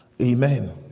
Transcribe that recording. Amen